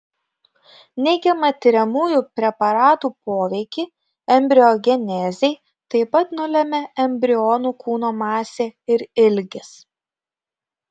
neigiamą tiriamųjų preparatų poveikį embriogenezei taip pat nulemia embrionų kūno masė ir ilgis